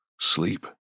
sleep